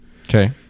Okay